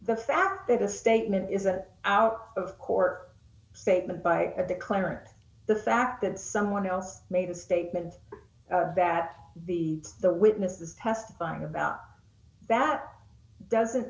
the fact that a statement is an out of court statement by the current the fact that someone else made a statement that the the witnesses testifying about that doesn't